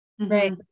right